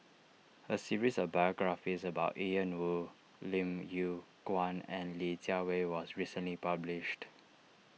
a series of biographies about Ian Woo Lim Yew Kuan and Li Jiawei was recently published